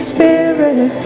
Spirit